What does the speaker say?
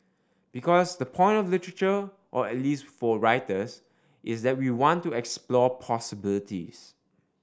because the point of literature or at least for writers is that we want to explore possibilities